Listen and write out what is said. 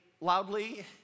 loudly